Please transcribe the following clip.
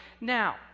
Now